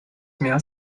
mehr